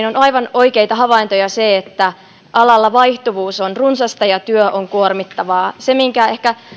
on aivan oikeita havaintoja se että alalla vaihtuvuus on runsasta ja työ on kuormittavaa se minkä ehkä